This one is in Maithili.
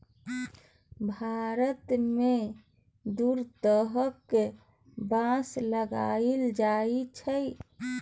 भारत मे दु तरहक बाँस लगाएल जाइ छै